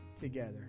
Together